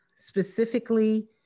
specifically-